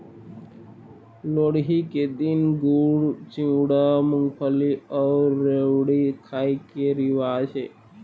लोहड़ी के दिन गुड़, चिवड़ा, मूंगफली अउ रेवड़ी खाए के रिवाज हे